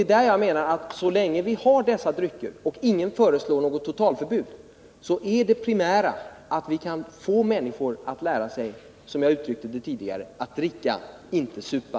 Jag menar att det primära så länge vi har alkoholdrycker och ingen föreslår ett totalförbud är att vi kan få människor att lära sig, som jag uttryckte det tidigare, att dricka men inte supa.